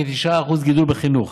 כ-9% גידול בחינוך,